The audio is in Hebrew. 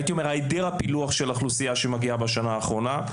היעדר הפילוח של האוכלוסייה שמגיעה בשנה האחרונה.